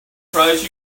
price